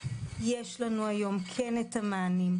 יש לנו היום את המענים,